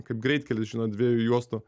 kaip greitkelis žinot dviejų juostų